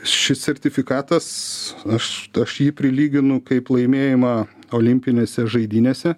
šis sertifikatas aš aš jį prilyginu kaip laimėjimą olimpinėse žaidynėse